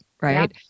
right